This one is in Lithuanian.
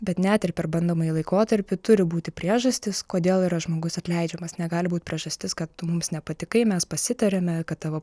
bet net ir per bandomąjį laikotarpį turi būti priežastys kodėl yra žmogus atleidžiamas negali būt priežastis kad tu mums nepatikai mes pasitarėme kad tavo